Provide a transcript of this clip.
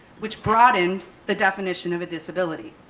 which broadened the definition of a disability.